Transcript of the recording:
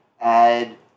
add